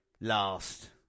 last